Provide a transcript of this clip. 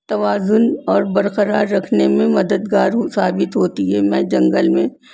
توازن اور برقرار رکھنے میں مددگار ثابت ہوتی ہے میں جنگل میں